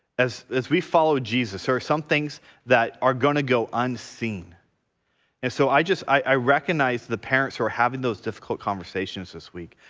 as as we follow jesus or some things that are gonna go unseen and so i just i recognize the parents who are having those difficult conversations this week,